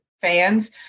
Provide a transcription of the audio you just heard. fans